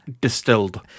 distilled